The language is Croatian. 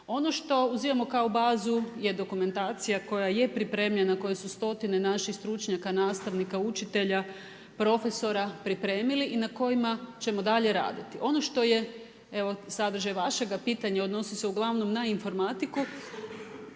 Ono što uzimamo kao bazu je dokumentacija koja je pripremljena, koje su stotine naših stručnjaka, nastavnika, učitelja, profesora pripremili i na kojima ćemo dalje raditi. Ono što je, evo, sadržaj vašega pitanja odnosi se uglavnom na informatiku,